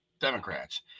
Democrats